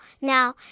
Now